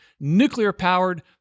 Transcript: nuclear-powered